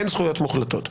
אין זכויות מוחלטות,